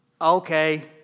Okay